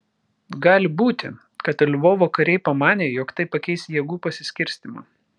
gali būti kad lvovo kariai pamanė jog tai pakeis jėgų pasiskirstymą